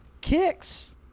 Kicks